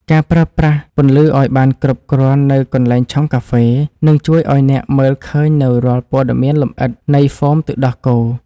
ការប្រើប្រាស់ពន្លឺឱ្យបានគ្រប់គ្រាន់នៅកន្លែងឆុងកាហ្វេ នឹងជួយឱ្យអ្នកមើលឃើញនូវរាល់ព័ត៌មានលម្អិតនៃហ្វូមទឹកដោះគោ។